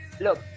Look